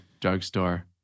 drugstore